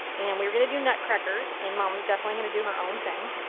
and we were going to do nutcrackers and mom was definitely going to do her own thing.